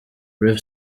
rev